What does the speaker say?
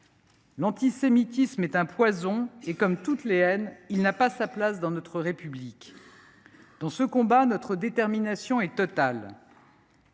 L’antisémitisme est un poison et, comme toutes les haines, il n’a pas sa place dans notre République. Dans ce combat, notre détermination est totale.